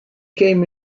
came